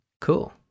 Cool